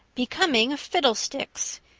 becoming fiddlesticks!